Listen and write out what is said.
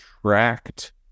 tracked